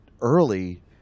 early